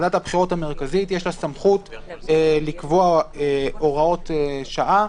לוועדת הבחירות המרכזית יש סמכות לקבוע הוראות שעה.